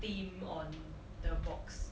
theme on the box